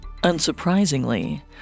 Unsurprisingly